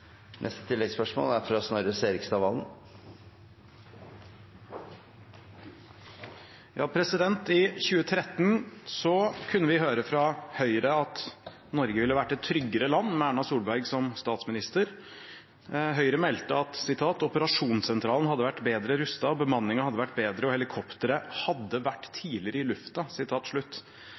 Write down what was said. Snorre Serigstad Valen – til oppfølgingsspørsmål. I 2013 kunne vi høre fra Høyre at Norge ville vært et tryggere land med Erna Solberg som statsminister. Høyre meldte: «Operasjonssentralen hadde vært bedre rustet, bemanningen hadde vært bedre og helikopteret hadde vært tidligere i